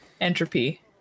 entropy